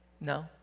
No